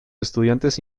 estudiantes